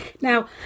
Now